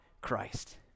Christ